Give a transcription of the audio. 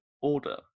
order